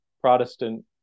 Protestant